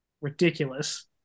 ridiculous